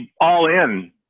all-in